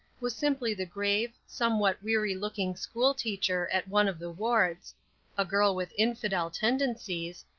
was simply the grave, somewhat weary-looking school-teacher at one of the wards a girl with infidel tendencies,